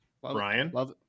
Brian